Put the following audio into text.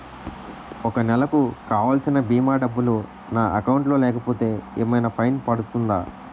ఒక నెలకు కావాల్సిన భీమా డబ్బులు నా అకౌంట్ లో లేకపోతే ఏమైనా ఫైన్ పడుతుందా?